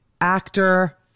actor